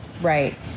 Right